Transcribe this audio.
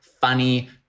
funny